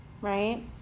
right